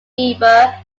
beaver